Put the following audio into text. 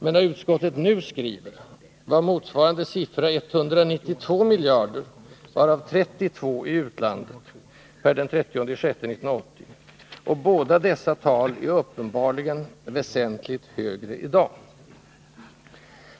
Men när utskottet nu skriver var motsvarande siffra 192 miljarder, varav 32 i utlandet . Båda dessa tal är uppenbarligen väsentligt högre i dag.